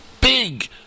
big